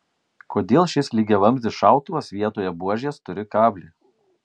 kodėl šis lygiavamzdis šautuvas vietoje buožės turi kablį